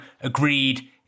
agreed